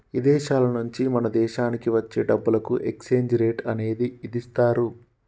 ఇదేశాల నుంచి మన దేశానికి వచ్చే డబ్బులకు ఎక్స్చేంజ్ రేట్ అనేది ఇదిస్తారు